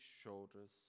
shoulders